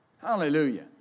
Hallelujah